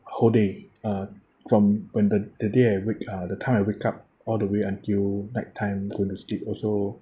whole day uh from when the the day I wake uh the time I wake up all the way until nighttime I to the sleep also